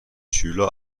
schüler